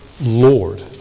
Lord